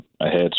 ahead